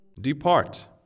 Depart